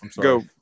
Go